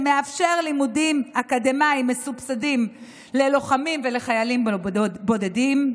שמאפשר לימודים אקדמיים מסובסדים ללוחמים ולחיילים בודדים,